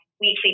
weekly